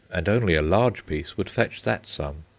and only a large piece would fetch that sum.